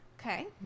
Okay